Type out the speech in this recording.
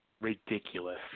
ridiculous